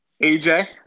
AJ